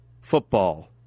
football